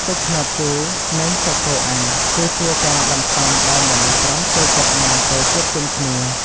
ទឹកត្នោតជូរ និងសាច់គោអាំង គឺជាការបន្សំដែលមនុស្សប្រុសចូលចិត្តញ៉ាំពេលជួបជុំគ្នា។